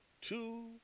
two